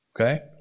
Okay